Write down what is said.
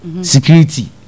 security